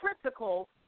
critical